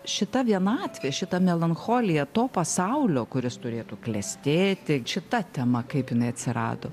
šita vienatvė šita melancholija to pasaulio kuris turėtų klestėti šita tema kaip jinai atsirado